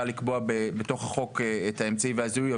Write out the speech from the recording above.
לקבוע בתוך החוק את האמצעי והזיהוי,